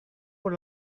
por